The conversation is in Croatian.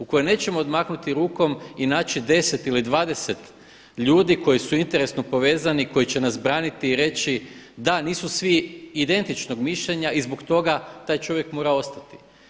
U kojoj nećemo odmahnuti rukom i naći 10 ili 20 ljudi koji su interesno povezani, koji će nas braniti i reći da, nisu svi identičnog mišljenja i zbog toga taj čovjek mora ostati.